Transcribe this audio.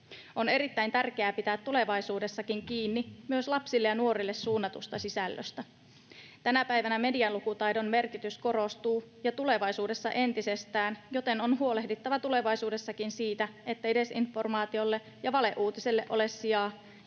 On erittäin tärkeää pitää tulevaisuudessakin kiinni myös lapsille ja nuorille suunnatusta sisällöstä. Tänä päivänä medialukutaidon merkitys korostuu ja tulevaisuudessa entisestään, joten on huolehdittava tulevaisuudessakin siitä, ettei disinformaatiolle ja valeuutisille ole sijaa